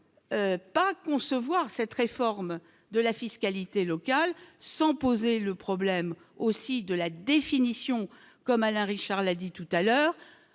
pas concevoir cette réforme de la fiscalité locale sans poser le problème aussi de la définition comme Alain Richard l'a dit tout à l'heure